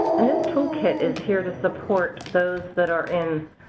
and this toolkit is here to support those that are in